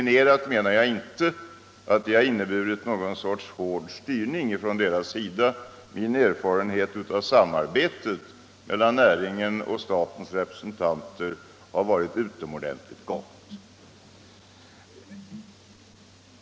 Därmed menar jag inte att de har utövat någon hård styrning; min erfarenhet är att samarbetet mellan näringen och statens representanter har varit utomordentligt gott.